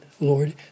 Lord